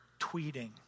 tweeting